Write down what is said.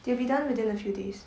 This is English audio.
they'll be done within a few days